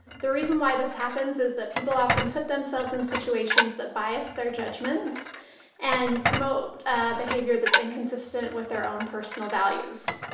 the reason why this happens is that people often put themselves in situations that bias their judgments and promote behavior that's inconsistent with their own personal values.